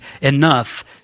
enough